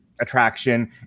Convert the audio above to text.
attraction